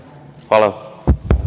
Hvala.